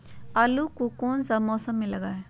आलू को कौन सा मौसम में लगाए?